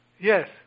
yes